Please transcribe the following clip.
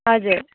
हजुर